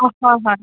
অঁ হয় হয়